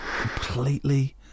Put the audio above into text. Completely